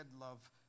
love